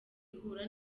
ihura